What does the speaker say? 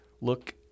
look